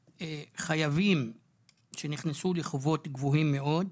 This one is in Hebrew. חייבים שנכנסו לחובות גבוהים מאוד,